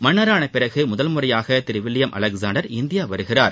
மன்னரான பிறகு முதல் முறையாக திரு வில்லியம் அலெக்ஸாண்டர் இந்தியா வருகிறார்